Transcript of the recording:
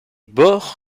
bords